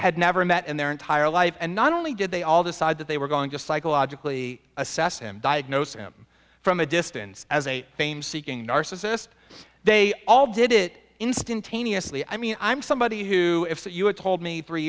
had never met in their entire life and not only did they all decide that they were going to psychologically assess him diagnose him from a distance as a fame seeking narcissist they all did it instantaneously i mean i'm somebody who if that you had told me three